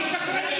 מים.